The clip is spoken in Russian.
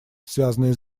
связанные